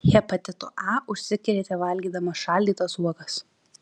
hepatitu a užsikrėtė valgydama šaldytas uogas